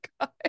God